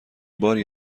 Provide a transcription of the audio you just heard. باری